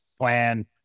plan